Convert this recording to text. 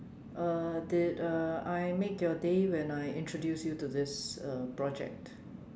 uh did uh I make your day when I introduce you to this uh project